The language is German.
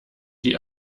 die